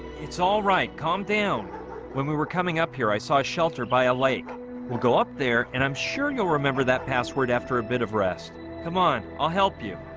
it's alright calm down when we were coming up here. i saw a shelter by a lake we'll go up there, and i'm sure you'll remember that password after a bit of rest come on. i'll help you